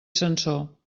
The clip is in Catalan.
sansor